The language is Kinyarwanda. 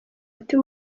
ati